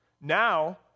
now